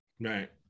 Right